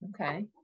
Okay